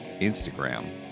Instagram